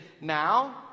now